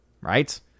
right